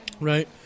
Right